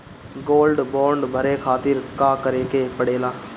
Gold bond भरे खातिर का करेके पड़ेला?